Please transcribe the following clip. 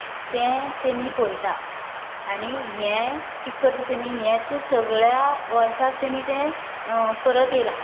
तें तेमी पळयता आनी हे कितें करता तेमी हेच सगळ्या वर्साक तेमी तें करत येयला